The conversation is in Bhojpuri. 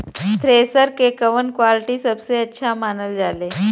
थ्रेसर के कवन क्वालिटी सबसे अच्छा मानल जाले?